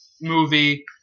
movie